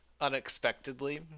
unexpectedly